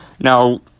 Now